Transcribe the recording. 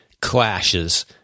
clashes